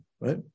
right